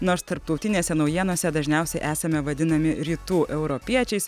nors tarptautinėse naujienose dažniausiai esame vadinami rytų europiečiais